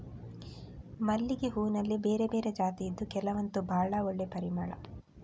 ಮಲ್ಲಿಗೆ ಹೂನಲ್ಲಿ ಬೇರೆ ಬೇರೆ ಜಾತಿ ಇದ್ದು ಕೆಲವಂತೂ ಭಾಳ ಒಳ್ಳೆ ಪರಿಮಳ